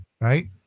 right